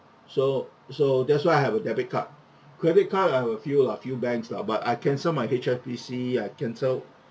so so that's why I have a debit card credit card I have a few lah few banks lah but I cancel my H_S_B_C I cancelled